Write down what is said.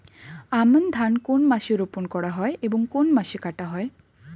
আমন ধান কোন মাসে রোপণ করা হয় এবং কোন মাসে কাটা হয়?